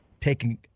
taking